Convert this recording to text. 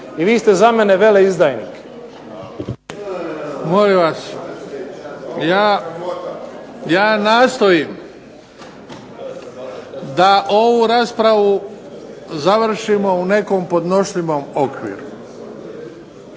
I vi ste za mene veleizdajnik. **Bebić, Luka (HDZ)** Molim vas ja nastojim da ovu raspravu završimo u nekom podnošljivom okviru.